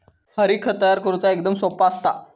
हरी, खत तयार करुचा एकदम सोप्पा असता